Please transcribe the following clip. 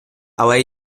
але